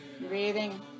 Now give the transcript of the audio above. Breathing